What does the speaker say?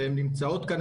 חלקן נמצאות כאן,